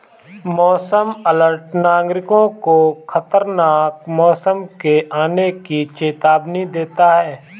मौसम अलर्ट नागरिकों को खतरनाक मौसम के आने की चेतावनी देना है